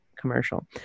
commercial